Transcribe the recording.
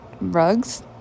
rugs